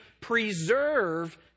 preserve